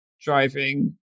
driving